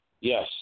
Yes